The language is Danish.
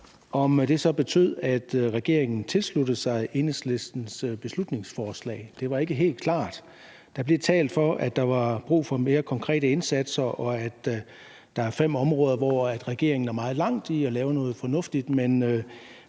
om det så betød, at regeringen tilsluttede sig Enhedslistens beslutningsforslag. Det var ikke helt klart. Der blev talt for, at der var brug for mere konkrete indsatser, og at der er 5 områder, hvor regeringen er meget langt i at lave noget fornuftigt, men